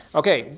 okay